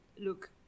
look